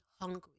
hungry